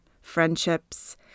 friendships